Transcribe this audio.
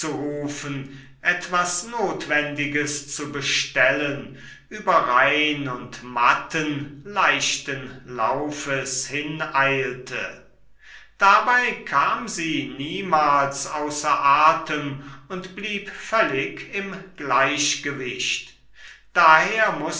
etwas notwendiges zu bestellen über rain und matten leichten laufes hineilte dabei kam sie niemals außer atem und blieb völlig im gleichgewicht daher mußte